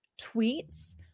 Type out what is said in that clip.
tweets